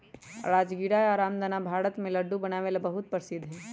राजगीरा या रामदाना भारत में लड्डू बनावे ला बहुत प्रसिद्ध हई